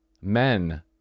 Men